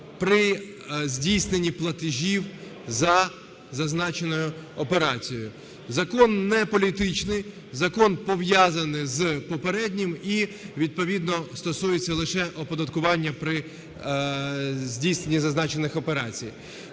при здійсненні платежів за зазначеною операцією. Закон не політичний, закон пов'язаний з попереднім і відповідно стосується лише оподаткування при здійсненні зазначених операцій.